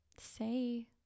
say